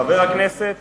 חבר הכנסת